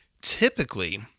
typically